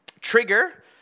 trigger